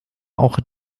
auch